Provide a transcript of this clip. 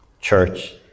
church